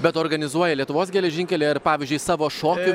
bet organizuoja lietuvos geležinkeliai ar pavyzdžiui savo šokiu